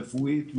רפואית,